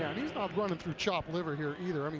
he's not running through chopped liver here either, i mean